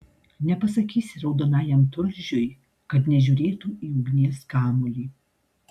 nepasakysi raudonajam tulžiui kad nežiūrėtų į ugnies kamuolį